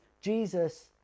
Jesus